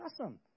awesome